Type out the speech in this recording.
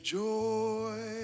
joy